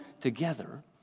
together